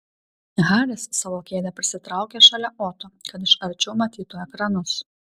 haris savo kėdę prisitraukė šalia oto kad iš arčiau matytų ekranus